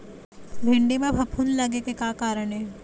भिंडी म फफूंद लगे के का कारण ये?